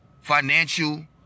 Financial